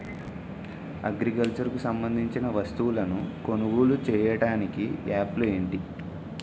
Agriculture కు సంబందించిన వస్తువులను కొనుగోలు చేయటానికి యాప్లు ఏంటి?